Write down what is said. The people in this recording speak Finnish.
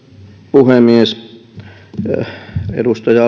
puhemies edustaja